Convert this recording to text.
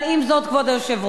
אבל עם זאת, כבוד היושב-ראש,